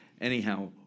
Anyhow